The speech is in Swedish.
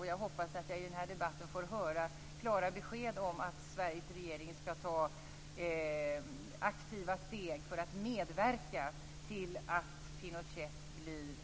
Jag hoppas att jag i den här debatten får höra klara besked om att Sveriges regering skall ta aktiva steg för att medverka till att Pinochet blir fälld.